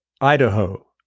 Idaho